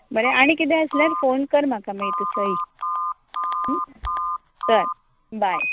बरें आनी किदें आसल्यार फोन कर म्हाका मागीर तूं सई बरें बाय